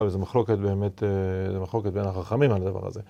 וזו מחלוקת באמת, זו מחלוקת בין החכמים על הדבר הזה.